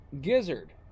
Gizzard